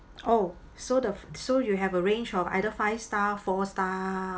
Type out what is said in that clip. oh so the so you have a range of either five star four star